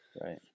Right